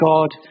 God